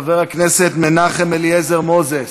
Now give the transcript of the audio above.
חבר הכנסת מנחם אליעזר מוזס,